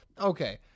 okay